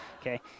okay